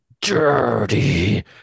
dirty